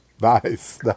Nice